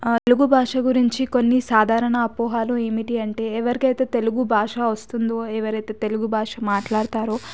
తెలుగు భాష గురించి కొన్ని సాధారణ అపోహలు ఏమిటి అంటే ఎవరికైతే తెలుగు భాష వస్తుందో ఎవరైతే తెలుగు భాష మాట్లాడతారో